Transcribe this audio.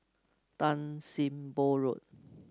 Tan Sim Boh Road